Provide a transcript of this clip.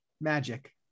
Magic